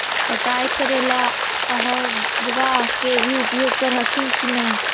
पटाय करे ला अहर्बा के भी उपयोग कर हखिन की?